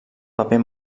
paper